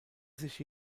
sich